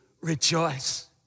rejoice